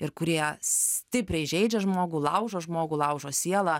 ir kurie stipriai žeidžia žmogų laužo žmogų laužo sielą